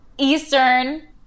Eastern